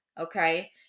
okay